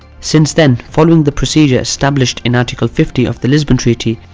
since then, following the procedure established in article fifty of the lisbon treaty,